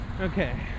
Okay